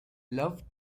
love